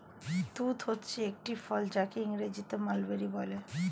তুঁত হচ্ছে একটি ফল যাকে ইংরেজিতে মালবেরি বলে